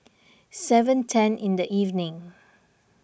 seven ten in the evening